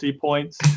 points